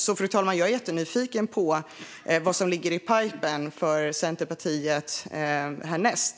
Jag är därför jättenyfiken, fru talman, på vad som ligger i pipeline för Centerpartiet härnäst.